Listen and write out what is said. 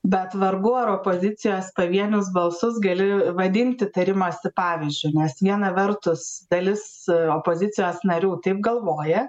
bet vargu ar opozicijos pavienius balsus gali vadinti tarimusi pavyzdžiu nes viena vertus dalis opozicijos narių taip galvoja